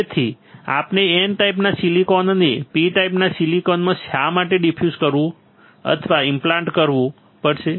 તેથી આપણે N ટાઈપના સિલિકોનને P ટાઈપના સિલિકોનમાં શા માટે ડિફ્યુઝ કરવું અથવા ઇમ્પ્લાન્ટ કરવું પડશે